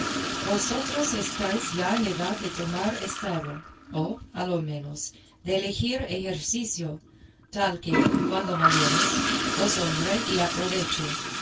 vosotros estáis ya en edad de tomar estado o a lo menos de elegir ejercicio tal que cuando mayores os honre y aproveche